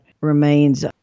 remains